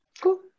cool